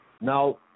Now